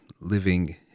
living